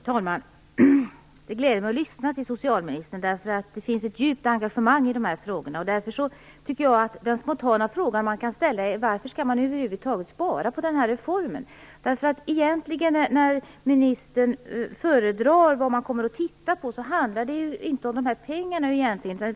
Fru talman! Det gläder mig att lyssna till socialministern. Det finns ett djupt engagemang i de här frågorna. Därför tycker jag att den spontana fråga man kan ställa är varför man över huvud taget skall spara i den här reformen. När ministern föredrar vad man kommer att titta på handlar det egentligen inte om dessa pengar.